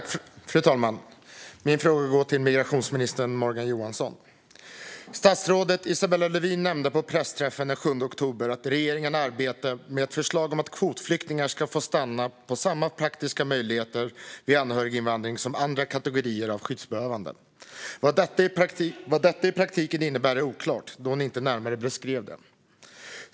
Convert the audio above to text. Fru talman! Min fråga går till migrationsminister Morgan Johansson. Statsrådet Isabella Lövin nämnde på pressträffen den 7 oktober att regeringen arbetar med ett förslag om att kvotflyktingar ska få stanna med samma praktiska möjligheter vid anhöriginvandring som andra kategorier av skyddsbehövande. Vad detta i praktiken innebär är oklart då hon inte närmare beskrev det.